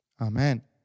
Amen